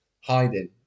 hiding